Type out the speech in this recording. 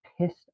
pissed